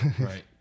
Right